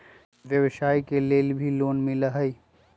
व्यवसाय के लेल भी लोन मिलहई?